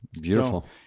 Beautiful